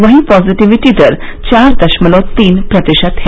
वहीं पॉजिटिविटी दर चार दशमलव तीन प्रतिशत है